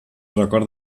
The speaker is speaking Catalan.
record